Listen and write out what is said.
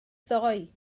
ddoe